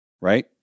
right